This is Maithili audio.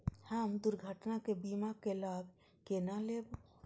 हम दुर्घटना के बीमा के लाभ केना लैब?